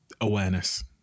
awareness